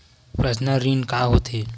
Personal ऋण का होथे?